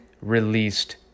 released